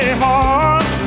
hard